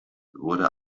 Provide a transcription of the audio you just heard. wurde